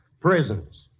prisons